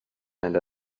and